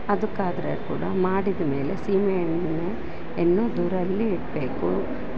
ಅದಕ್ಕಾದ್ರೆ ಕೂಡ ಮಾಡಿದ ಮೇಲೆ ಸೀಮೆ ಎಣ್ಣೆಯನ್ನು ದೂರ ಅಲ್ಲಿ ಇಡಬೇಕು